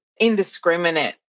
indiscriminate